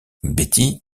betty